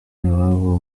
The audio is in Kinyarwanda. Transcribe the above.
iwabo